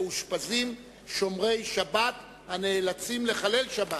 מאושפזים שומרי שבת הנאלצים לחלל שבת.